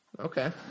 Okay